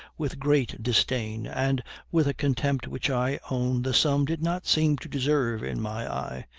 with great disdain, and with a contempt which i own the sum did not seem to deserve in my eye,